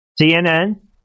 CNN